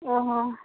ᱚ ᱦᱚᱸ